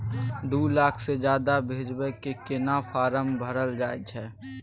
दू लाख से ज्यादा भेजबाक केना फारम भरल जाए छै?